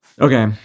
Okay